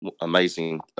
amazing